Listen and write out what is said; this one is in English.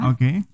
Okay